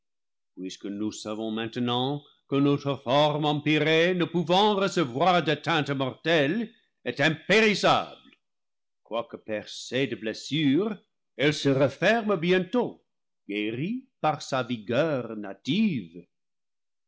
puisque nous savons maintenant que notre forme empyrée ne pouvant recevoir d'atteinte mortelle est impérissable quoi que percée de blessures elle se referme bientôt guérie par sa vigueur native